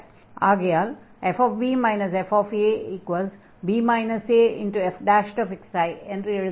ஆகையால் fb fa f என்று எழுதலாம்